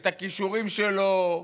את הכישורים שלו,